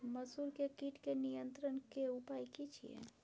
मसूर के कीट के नियंत्रण के उपाय की छिये?